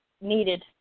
needed